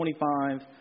25